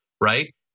right